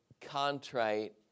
contrite